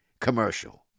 commercial